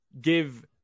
give